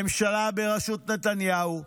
הממשלה בראשות נתניהו,